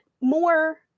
more